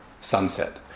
sunset